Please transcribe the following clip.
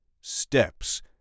Steps